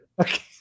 Okay